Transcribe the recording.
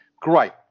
Great